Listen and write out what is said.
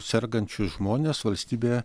sergančius žmones valstybė